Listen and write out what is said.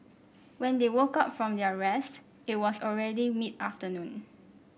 when they woke up from their rest it was already mid afternoon